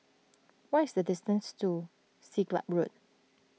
what is the distance to Siglap Road